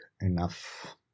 enough